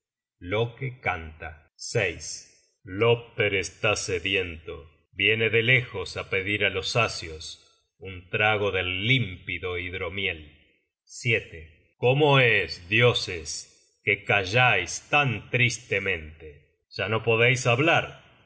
silencio loke canta lopter está sediento viene de lejos á pedir á los asios un trago del límpido hidromiel cómo es dioses que callais tan tristemente ya no podeis hablar